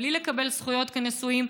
בלי לקבל זכויות כנשואים,